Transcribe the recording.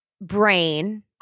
brain